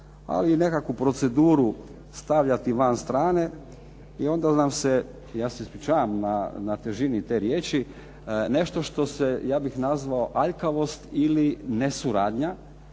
ali i nekakvu proceduru stavljati van strane i onda nam se, ja se ispričavam na težini te riječi, nešto što se ja bih nazvao aljkavost ili nesuradnja